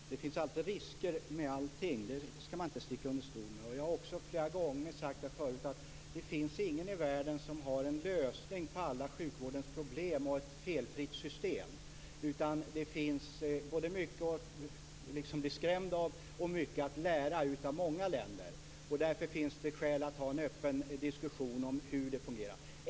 Fru talman! Det finns alltid risker med allting; det skall man inte sticka under stol med. Jag har också flera gånger sagt att ingen i världen har en lösning på alla sjukvårdens problem och ett felfritt system. Det finns mycket att både bli skrämd av och att lära av i många länder. Därför finns det skäl att ha en öppen diskussion om hur det fungerar.